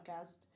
podcast